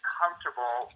comfortable